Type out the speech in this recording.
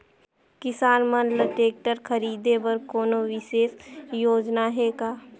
किसान मन ल ट्रैक्टर खरीदे बर कोनो विशेष योजना हे का?